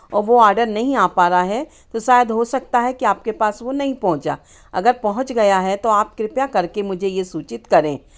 और वो ऑर्डर नहीं आ पा रहा है तो शायद हो सकता है कि आपके पास वो नहीं पहुंचा अगर पहुंच गया है तो आप कृपया करके मुझे ये सूचित करें